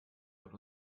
wird